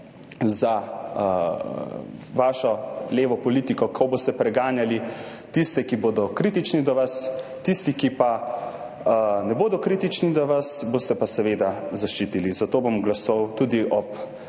za vašo levo politiko, ko boste preganjali tiste, ki bodo kritični do vas, tiste, ki ne bodo kritični do vas, boste pa seveda zaščitili. Zato bom glasoval tudi ob